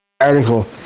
article